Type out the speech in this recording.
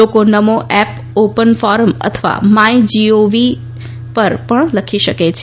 લોકો Namo app open forum અથવા my gov પર પણ લખી શકે છે